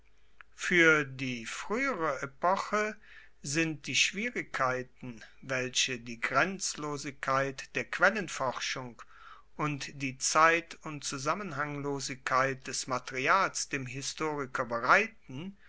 fuer die fruehere epoche sind die schwierigkeiten welche die grenzlosigkeit der quellenforschung und die zeit und zusammenhanglosigkeit des materials dem historiker bereiten